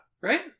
Right